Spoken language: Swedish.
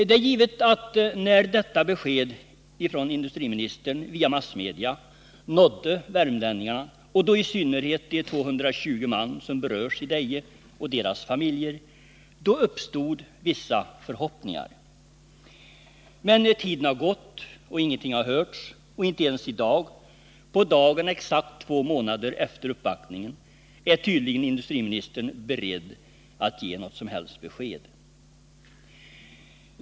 Det är givet att det när detta besked från industriministern, via massmedia, nådde värmlänningarna — och då i synnerhet de 220 man som berörs i Deje och deras familjer — uppstod vissa förhoppningar. Men tiden har gått och ingenting har hörts. Och inte ens i dag, på dagen exakt två månader efter uppvaktningen, är tydligen industriministern beredd att ge något som helst besked.